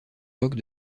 roch